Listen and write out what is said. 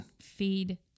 Feed